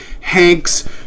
Hank's